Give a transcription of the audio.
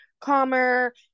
calmer